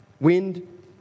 Wind